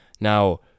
Now